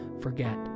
forget